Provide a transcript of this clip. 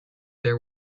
there